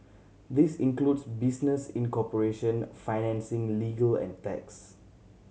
this includes business incorporation financing legal and tax